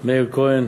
מאיר כהן,